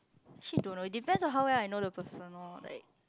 actually don't know it depends on how well I know the person loh like